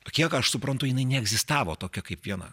kiek aš suprantu jinai neegzistavo tokia kaip viena